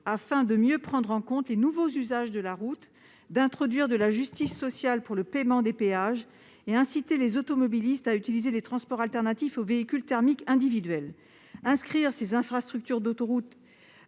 afin de mieux prendre en compte les nouveaux usages de la route, d'introduire de la justice sociale dans le paiement des péages et d'inciter les automobilistes à utiliser les transports alternatifs aux véhicules thermiques individuels, et donc d'inscrire ces infrastructures essentielles